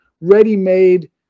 ready-made